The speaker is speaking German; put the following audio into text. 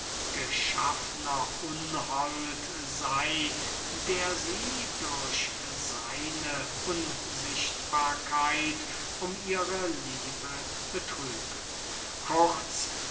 mißgeschaffner unhold sey der sie durch seine unsichtbarkeit um ihre liebe betrüge kurz